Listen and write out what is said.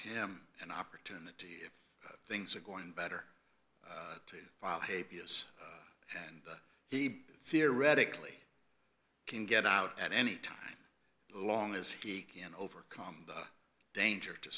him an opportunity if things are going better file and he theoretically can get out at any time long as he can overcome the danger to